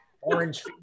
Orange